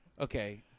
Okay